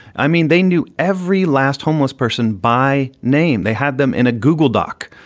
i mean, they knew every last homeless person by name. they had them in a google doc.